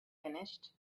finished